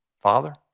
Father